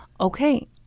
Okay